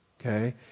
okay